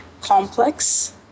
complex